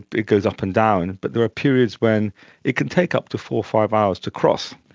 it goes up and down, but there are periods when it can take up to four or five hours to cross,